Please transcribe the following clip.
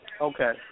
okay